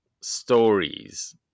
stories